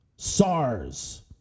SARS